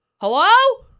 Hello